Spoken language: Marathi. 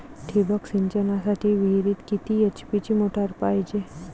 ठिबक सिंचनासाठी विहिरीत किती एच.पी ची मोटार पायजे?